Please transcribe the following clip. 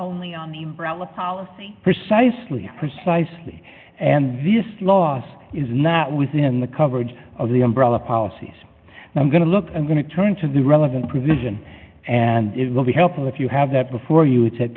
lonely on the ground policy precisely precisely and this loss is not within the coverage of the umbrella policies i'm going to look i'm going to turn to the relevant provision and it will be helpful if you have that before you said